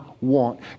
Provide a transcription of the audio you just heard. want